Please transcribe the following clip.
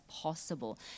possible